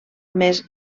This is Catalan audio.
més